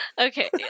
okay